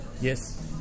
Yes